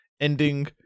ending